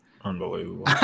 Unbelievable